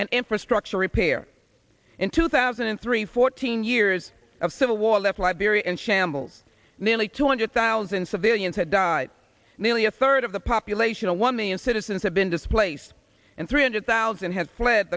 and infrastructure repair in two thousand and three fourteen years of civil war left liberia in shambles nearly two hundred thousand civilians have died nearly a third of the population of one million citizens have been displaced and three hundred thousand have fled